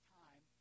time